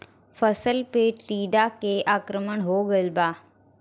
फसल पे टीडा के आक्रमण हो गइल बा?